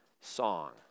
song